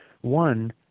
One